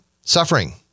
suffering